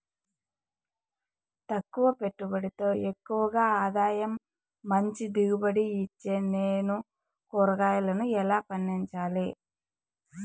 తక్కువ పెట్టుబడితో ఎక్కువగా ఆదాయం మంచి దిగుబడి ఇచ్చేకి నేను కూరగాయలను ఎలా పండించాలి?